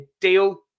deal